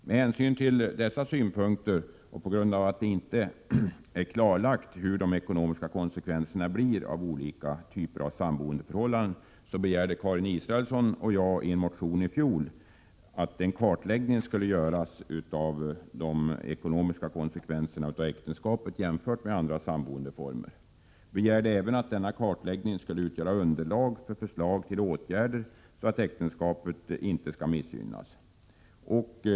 Med hänsyn till dessa synpunkter och på grund av att det inte är klarlagt hurudana de ekonomiska konsekvenserna blir av olika typer av samboendeförhållanden begärde Karin Israelsson och jag i en motion i fjol att en kartläggning skulle göras av de ekonomiska konsekvenserna av äktenskapet jämfört med andra samboendeformer. Vi begärde även att denna kartläggning skulle utgöra underlag för förslag till åtgärder för att äktenskapet inte skall missgynnas.